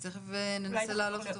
תיכף ננסה להעלות אותו